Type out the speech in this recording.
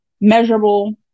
measurable